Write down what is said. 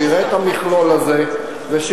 שיראה את המכלול הזה ושיבוא,